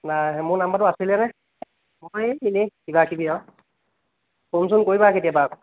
নাই মোৰ নম্বৰটো আছিলেনে মই এনে কিবা কিবি আৰু ফোন চোন কৰিবা কেতিয়াবা